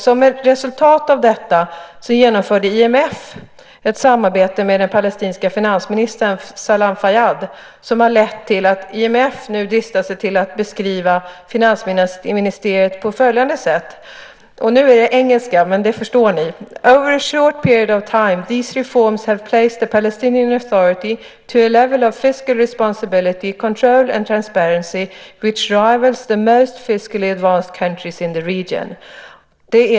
Som ett resultat av detta genomförde IMF ett samarbete med den palestinske finansministern Salam Fayyad som har lett till att IMF nu dristar sig till att beskriva finansministeriet på följande sätt. Nu är det engelska, men det förstår ni. "Over a short period of time, these reforms have placed the Palestinian Authority to a level of fiscal responsibility, control, and transparency which rivals the most fiscally advanced countries in the region."